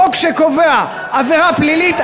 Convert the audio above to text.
חוק שקובע עבירה פלילית,